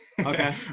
okay